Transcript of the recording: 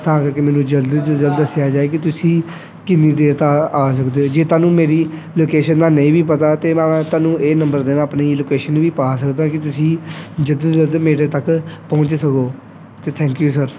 ਤਾਂ ਕਰਕੇ ਮੈਨੂੰ ਜਲਦ ਤੋਂ ਜਲਦ ਦੱਸਿਆ ਜਾਵੇ ਕਿ ਤੁਸੀਂ ਕਿੰਨੀ ਦੇਰ ਤੱਕ ਆ ਸਕਦੇ ਹੋ ਜੇ ਤੁਹਾਨੂੰ ਮੇਰੀ ਲੋਕੇਸ਼ਨ ਦਾ ਨਹੀਂ ਵੀ ਪਤਾ ਤਾਂ ਮੈਂ ਤੁਹਾਨੂੰ ਇਹ ਨੰਬਰ 'ਤੇ ਨਾ ਆਪਣੀ ਲੋਕੇਸ਼ਨ ਵੀ ਪਾ ਸਕਦਾ ਕਿ ਤੁਸੀਂ ਜਲਦ ਤੋਂ ਜਲਦ ਮੇਰੇ ਤੱਕ ਪਹੁੰਚ ਸਕੋ ਅਤੇ ਥੈਂਕ ਯੂ ਸਰ